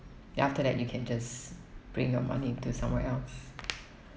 then after that you can just bring your money to somewhere else